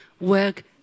work